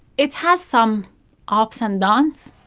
it has some ah ups and downs,